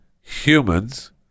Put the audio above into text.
humans